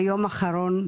ביום האחרון,